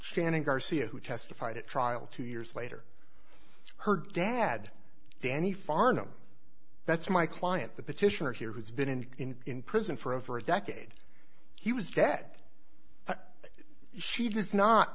standing garcia who testified at trial two years later her dad danny farnham that's my client the petitioner here who's been in prison for over a decade he was dead she does not